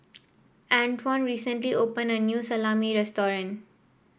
Antwon recently opened a new Salami restaurant